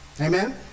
Amen